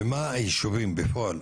ומה הישובים בפועל?